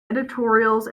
editorials